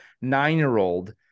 nine-year-old